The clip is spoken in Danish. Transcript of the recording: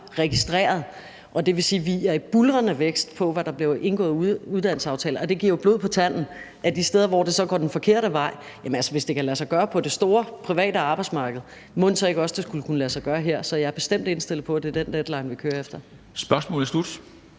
registreret, og det vil sige, at vi er i en buldrende vækst med, hvad der bliver indgået af uddannelsesaftaler, og det giver jo blod på tanden de steder, hvor det så går den forkerte vej. Altså, hvis det kan lade sig gøre på det store private arbejdsmarked, mon det så ikke også skulle kunne lade sig gøre her? Så jeg er bestemt indstillet på, at det er den deadline, vi kører efter. Kl.